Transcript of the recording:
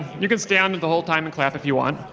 you can stand the whole time and clap if you want.